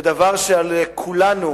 ודבר שעל כולנו